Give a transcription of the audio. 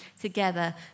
together